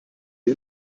wir